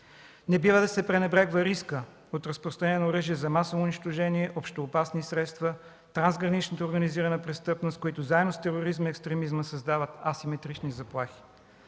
Не бива да се пренебрегва рискът от разпространение на оръжия за масово унищожение, общоопасни средства, трансграничната организирана престъпност, които заедно с тероризма и екстремизма създават асиметрични заплахи.